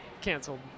canceled